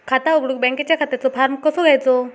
खाता उघडुक बँकेच्या खात्याचो फार्म कसो घ्यायचो?